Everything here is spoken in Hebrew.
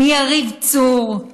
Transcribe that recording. יריב צור,